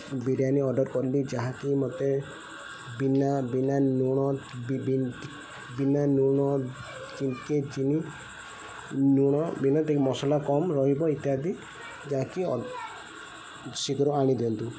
biryani order କଲି ଯାହାକି ମୋତେ ବିନା ବିନା ଲୁଣ ବିନା ଲୁଣ କି ଚିନି ଲୁଣ ବିନା ଟିକିଏ ମସଲା କମ୍ ରହିବ ଇତ୍ୟାଦି ଯାହାକି ଶୀଘ୍ର ଆଣିଦିଅନ୍ତୁ